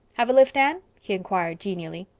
have a lift, anne? he inquired genially.